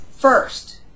first